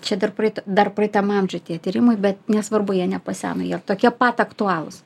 čia dar praeito dar praeitam amžiuj tie tyrimai bet nesvarbu jie nepaseno jie ir tokie pat aktualūs